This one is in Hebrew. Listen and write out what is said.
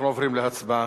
אנחנו עוברים להצבעה.